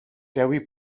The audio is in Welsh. dewi